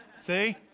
See